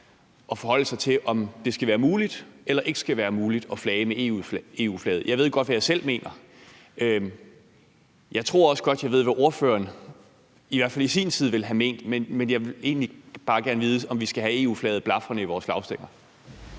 at forholde sig til, om det skal være muligt eller ikke muligt at flage med EU-flaget. Jeg ved godt, hvad jeg selv mener. Jeg tror også godt, jeg ved, hvad ordførereren i hvert fald i sin tid ville have ment. Men jeg vil egentlig bare gerne vide, om vi skal have EU-flaget blafrende i vores flagstænger.